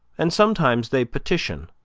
and sometimes they petition